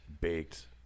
baked